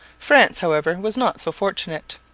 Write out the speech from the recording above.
france, however, was not so fortunate.